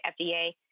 FDA